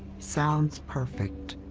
sounds perfect.